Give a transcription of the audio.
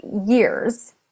years